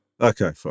Okay